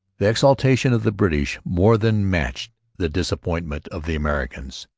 the exultation of the british more than matched the disappointment of the americans.